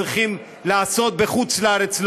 צריכים לעשות בחוץ-לארץ.